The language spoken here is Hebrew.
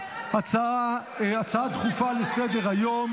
הצעה דחופה לסדר-היום